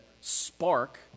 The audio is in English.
spark